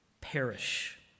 Perish